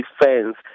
defense